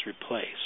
replaced